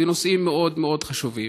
נושאים מאוד מאוד חשובים.